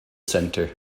centre